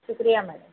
شکریہ میڈم